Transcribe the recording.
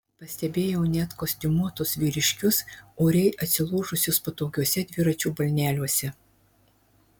pastebėjau net kostiumuotus vyriškius oriai atsilošusius patogiuose dviračių balneliuose